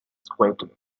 squatting